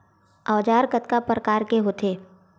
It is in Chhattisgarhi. औजार कतना प्रकार के होथे?